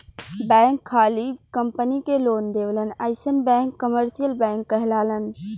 bank खाली company के loan देवलन अइसन बैंक कमर्सियल बैंक कहलालन